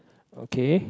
okay